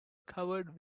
covered